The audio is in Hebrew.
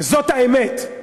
זאת האמת,